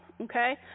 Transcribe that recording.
okay